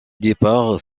départs